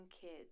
kids